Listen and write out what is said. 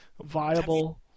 viable